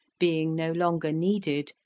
being no longer needed,